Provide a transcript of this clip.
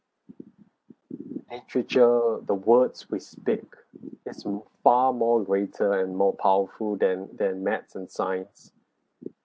literature the words we speak is far more greater and more powerful than than maths and science